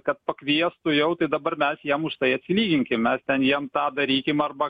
kad pakviestų jau tai dabar bet jiem už tai atlyginkim mes ten jiem tą darykim arba